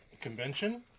convention